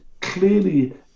clearly